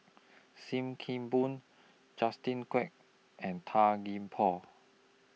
SIM Kee Boon Justin Quek and Tan Gee Paw